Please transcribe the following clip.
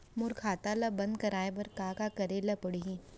मोर खाता ल बन्द कराये बर का का करे ल पड़ही?